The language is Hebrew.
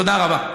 תודה רבה.